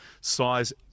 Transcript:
size